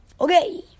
okay